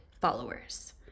followers